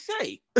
say